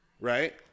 right